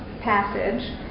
passage